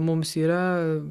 mums yra